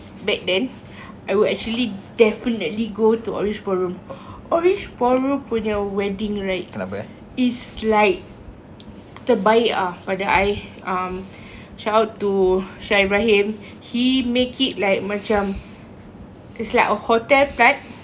back then I would actually definitely go to orange ballroom orange ballroom punya wedding right is like terbaik ah pada I um shout to shah ibrahim he make it like macam it's like a hotel